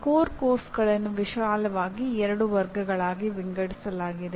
ಮೂಲ ಪಠ್ಯಕ್ರಮಗಳನ್ನು ವಿಶಾಲವಾಗಿ ಎರಡು ವರ್ಗಗಳಾಗಿ ವಿಂಗಡಿಸಲಾಗಿದೆ